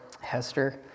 Hester